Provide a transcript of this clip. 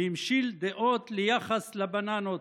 והמשיל דעות ליחס לבננות,